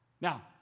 Now